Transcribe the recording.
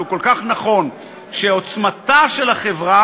שהוא כל כך נכון: עוצמתה של החברה,